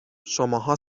شماها